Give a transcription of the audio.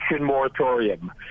moratorium